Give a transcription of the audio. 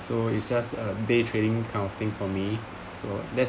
so it's just a day trading kind of thing for me so that's